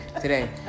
today